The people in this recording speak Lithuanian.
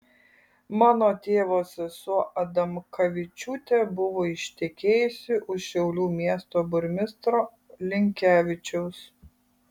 mano tėvo sesuo adamkavičiūtė buvo ištekėjusi už šiaulių miesto burmistro linkevičiaus